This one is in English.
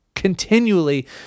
continually